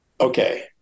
okay